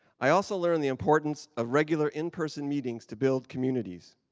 i also learned the importance of regular, in person meetings to build communities.